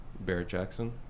Barrett-Jackson